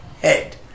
head